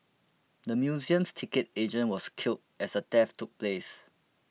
the museum's ticket agent was killed as the theft took place